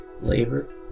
labor